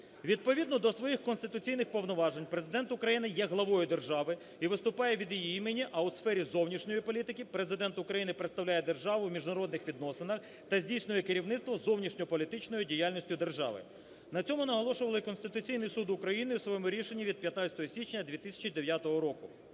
Відповідно до своїх конституційних повноважень, Президент України є главою держави і виступає від її імені, а у сфері зовнішньої політики Президент України представляє державу у міжнародних відносинах та здійснює керівництво зовнішньополітичної діяльності держави. На цьому наголошували Конституційний Суд України у своєму рішенні від 15 січня 2009 року.